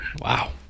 wow